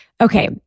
Okay